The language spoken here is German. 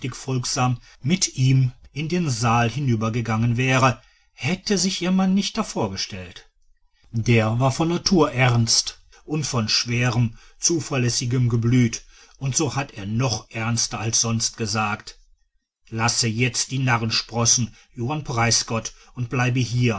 folgsam mit ihm in den saal hinübergegangen wäre hätte sich ihr mann nicht davorgestellt der war von natur ernst und von schwerem zuverlässigem geblüt und so hat er noch ernster als sonst gesagt lasse jetzt die narrenspossen johann preisgott und bleib hier